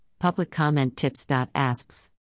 publiccommenttips.asks